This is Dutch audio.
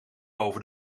over